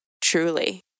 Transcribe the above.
truly